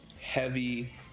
heavy